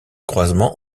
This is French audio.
croisement